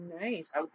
Nice